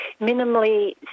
minimally